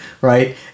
right